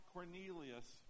Cornelius